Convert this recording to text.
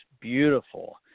beautiful